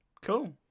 Cool